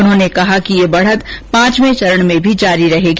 उन्होंने कहा कि यह बढ़त पांचवें चरण में भी जारी रहेगी